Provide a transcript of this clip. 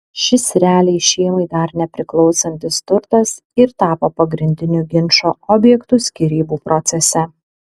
šis realiai šeimai dar nepriklausantis turtas ir tapo pagrindiniu ginčo objektu skyrybų procese